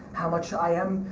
how much i am,